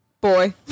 boy